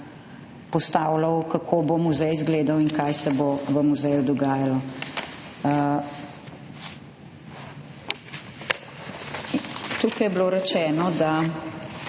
postavljal, kako bo muzej izgledal in kaj se bo v muzeju dogajalo. Tukaj je bilo rečeno, da